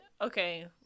okay